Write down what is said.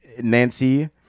Nancy